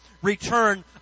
return